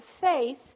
faith